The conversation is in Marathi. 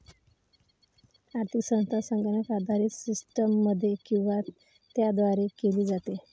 आर्थिक संस्था संगणक आधारित सिस्टममध्ये किंवा त्याद्वारे केली जाते